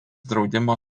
draudimo